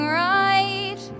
right